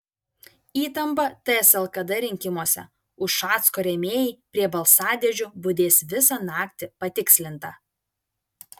įtampa ts lkd rinkimuose ušacko rėmėjai prie balsadėžių budės visą naktį patikslinta